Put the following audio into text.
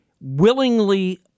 willingly